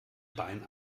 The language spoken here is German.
bein